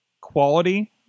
quality